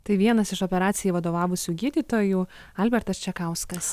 tai vienas iš operacijai vadovavusių gydytojų albertas čekauskas